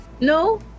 no